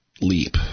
leap